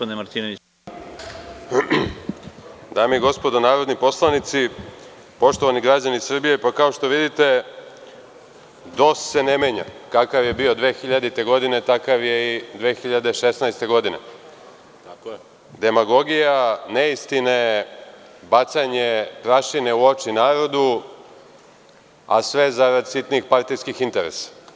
Dame i gospodo narodni poslanici, poštovani građani Srbije, kao što vidite, DOS se ne menja, kakav je bio 2000. godine, takav je i 2016. godine, demagogija, neistine, bacanje prašine u oči narodu, a sve zarad sitnih partijskih interesa.